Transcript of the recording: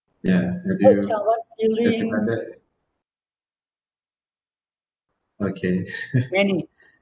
ya have you hurt someone feeling okay